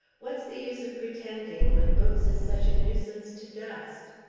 what's the use of pretending, when books is such a nuisance to dust?